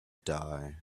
die